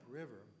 river